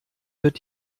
wird